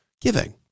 giving